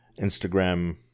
Instagram